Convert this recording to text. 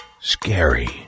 Scary